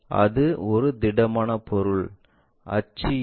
அது ஒரு திடமான பொருள் அச்சு அது